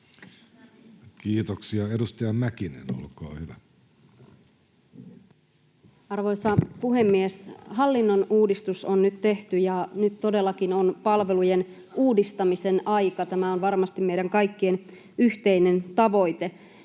turvaamisesta Time: 17:21 Content: Arvoisa puhemies! Hallinnon uudistus on nyt tehty, ja nyt todellakin on palvelujen uudistamisen aika. Tämä on varmasti meidän kaikkien yhteinen tavoite.